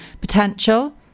potential